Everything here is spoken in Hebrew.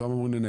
לא אמורים לנהל?